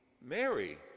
Mary